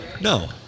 No